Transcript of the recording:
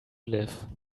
live